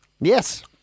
Yes